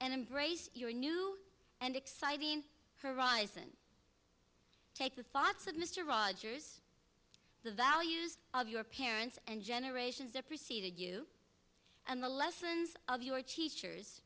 embrace your new and exciting horizon take the thoughts of mr rogers the values of your parents and generations that preceded you and the lessons of your teachers